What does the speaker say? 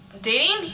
dating